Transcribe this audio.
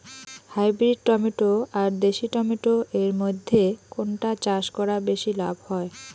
Hybrid tomato আর দেশি tomato এর মইধ্যে কোনটা চাষ করা বেশি লাভ হয়?